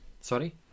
Sorry